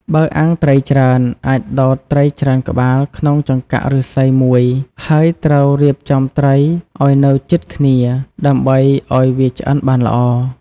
បើអាំងត្រីច្រើន អាចដោតត្រីច្រើនក្បាលក្នុងចង្កាក់ឫស្សីមួយ ហើយត្រូវរៀបចំត្រីឲ្យនៅជិតគ្នា ដើម្បីឲ្យវាឆ្អិនបានល្អ។